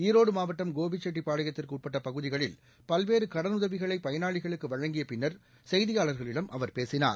ஈரோடு மாவட்டம் கோபிசெட்டிப்பாளையத்திற்கு உட்பட்ட பகுதிகளில் பல்வேறு கடனுதவிகளை பயனாளிகளுக்கு வழங்கிய பின்னர் செய்தியாளர்களிடம் அவர் பேசினார்